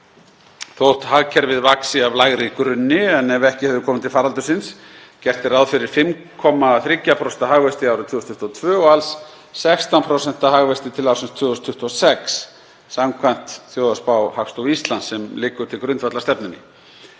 þótt hagkerfið vaxi af lægri grunni en ef ekki hefði komið til faraldursins. Gert er ráð fyrir 5,3% hagvexti árið 2022 og alls 16% hagvexti til ársins 2026 samkvæmt þjóðhagsspá Hagstofu Íslands sem liggur til grundvallar stefnunni.